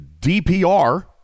dpr